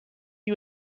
you